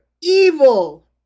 evil